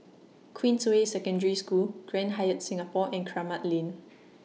Queensway Secondary School Grand Hyatt Singapore and Kramat Lane